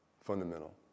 fundamental